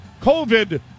COVID